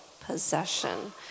possession